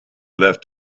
left